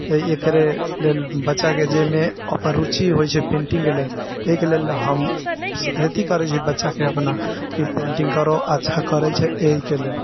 एहि एकरे लेल बच्चाके जाहिमे रुचि होइ छै पेन्टिङ्ग के लेल एहिके लेल हम अथी करै छी बच्चाके हम अपना कि पेन्टिङ्ग करो अच्छा करै छै एहिके लेल